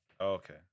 Okay